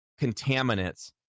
contaminants